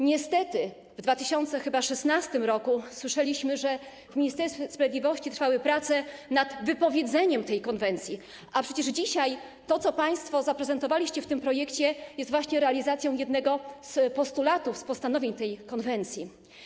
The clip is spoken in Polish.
Niestety w 2016 r. słyszeliśmy, że w Ministerstwie Sprawiedliwości trwały prace nad wypowiedzeniem tej konwencji, a przecież to, co dzisiaj państwo zaprezentowaliście w tym projekcie, jest właśnie realizacją jednego z postulatów, z postanowień tej konwencji.